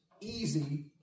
easy